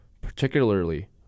particularly